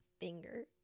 finger